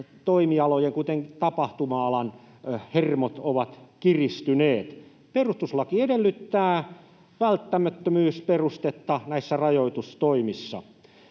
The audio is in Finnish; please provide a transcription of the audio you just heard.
toimialojen, kuten tapahtuma-alan, hermot ovat kiristyneet. Perustuslaki edellyttää välttämättömyysperustetta näissä rajoitustoimissa.